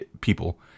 people